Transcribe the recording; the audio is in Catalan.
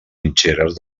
mitgeres